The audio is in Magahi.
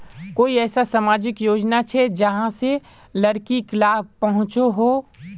कोई ऐसा सामाजिक योजना छे जाहां से लड़किक लाभ पहुँचो हो?